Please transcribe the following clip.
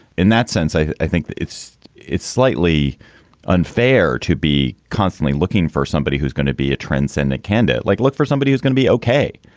in that sense, i i think it's it's slightly unfair to be constantly looking for somebody who's gonna be a transcendent candidate, like look for somebody who's gonna be okay,